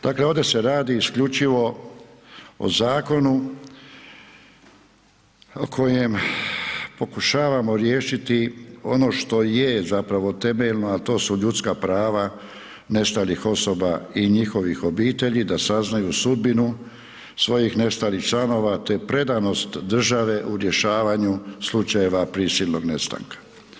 Dakle ovdje se radi isključivo o zakonu kojem pokušavamo riješiti ono što je zapravo temeljno, a to su ljudska prava nestalih osoba i njihovih obitelji, da saznaju sudbinu svojih nestalih članova, te predanost države u rješavanju slučajeva prisilnog nestanka.